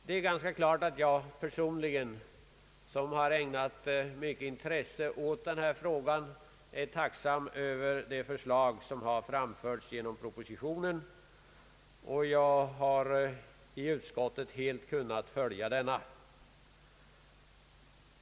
Det är ganska klart att jag personligen, som har ägnat mycket intresse åt denna fråga, är tacksam över de förslag som framförts genom propositionen, och jag har i utskottet kunnat ställa mig bakom dem.